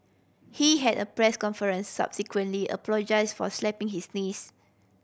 he had a press conference subsequently apologise for slapping his niece